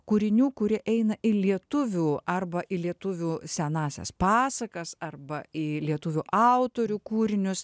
kūrinių kurie eina į lietuvių arba į lietuvių senąsias pasakas arba į lietuvių autorių kūrinius